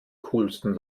coolsten